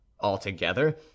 Altogether